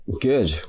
good